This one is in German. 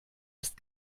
ist